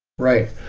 right.